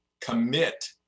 commit